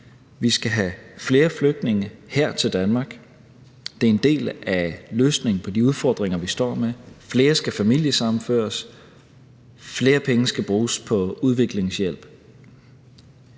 Vi skal have flere flygtninge her til Danmark – det er en del af løsningen på de udfordringer, vi står med. Flere skal familiesammenføres, flere penge skal bruges på udviklingshjælp.